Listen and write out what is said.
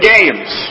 Games